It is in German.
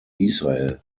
israel